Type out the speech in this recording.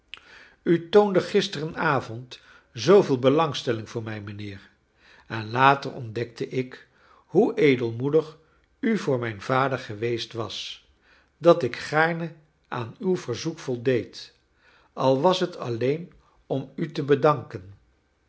u toonde gisteren avond zooveel belangstelling voor mij mijnheer en later ontdekte ik hoe edelmoedig u voor mijn vader geweest was dat ik gaarne aan uw verzoek voldeed al was het alleen om u te bedanken